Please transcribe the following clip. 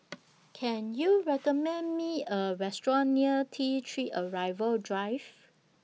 Can YOU recommend Me A Restaurant near T three Arrival Drive